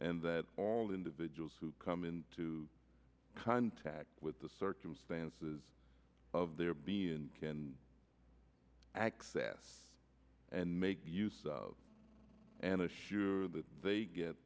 and that all individuals who come into contact with the circumstances of their being can access and make use of an issue or that they get